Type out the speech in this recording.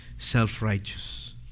self-righteous